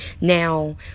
Now